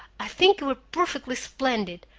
i think you were perfectly splendid!